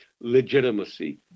legitimacy